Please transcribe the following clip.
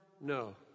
No